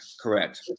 correct